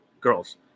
girls